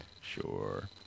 Sure